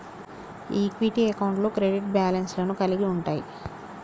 equity అకౌంట్లు credit balance లను కలిగి ఉంటయ్